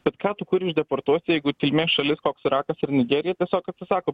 bet ką tu kur išdeportuoti jeigu kilmės šalis koks irakas arnigerija tiesiog atsisako